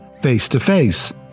face-to-face